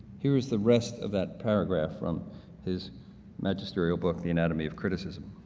here is the rest of that paragraph from his magisterial book, the anatomy of criticism